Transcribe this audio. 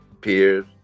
peers